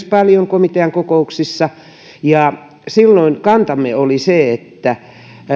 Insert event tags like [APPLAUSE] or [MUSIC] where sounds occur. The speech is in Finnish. [UNINTELLIGIBLE] paljon komitean kokouksissa ja silloin kantamme oli se että